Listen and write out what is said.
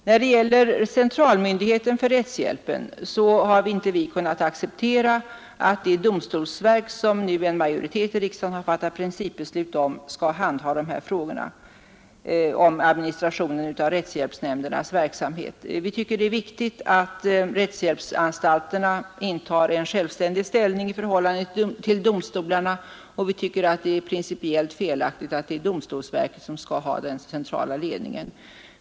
Vad beträffar centralmyndigheten för rättshjälpen har inte vi kunnat acceptera att det domstolsverk som en majoritet i riksdagen har fattat 157 principbeslut om skall handha de här frågorna om administrationen av rättshjälpsnämndernas verksamhet. Vi tycker det är viktigt att rättshjälpsanstalterna intar en självständig ställning i förhållande till domstolarna, och vi tycker att det är principiellt felaktigt att domstolsverket skall ha den centrala ledningen.